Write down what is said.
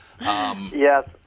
Yes